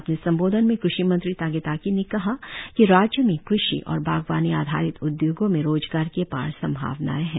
अपने संबोधन में कृषि मंत्री तागे ताकी ने कहा कि राज्य में कृषि और बागवानी आधारित उदयोगों में रोजगार की अपार संभावनाएं है